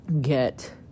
get